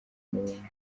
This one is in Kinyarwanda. n’ibindi